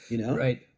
Right